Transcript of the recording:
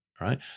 Right